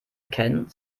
ken